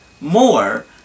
more